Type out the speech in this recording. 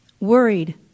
worried